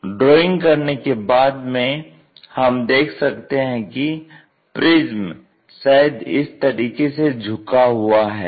तो ड्राइंग करने के बाद में हम देख सकते हैं कि प्रिज्म शायद इस तरीके से झुका हुआ है